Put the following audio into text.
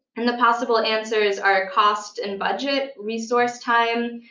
and the possible answers are cost and budget, resource time,